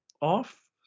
off